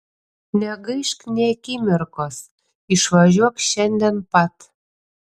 negaišk nė akimirkos išvažiuok šiandien pat